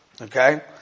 Okay